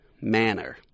manner